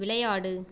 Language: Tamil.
விளையாடு